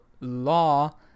law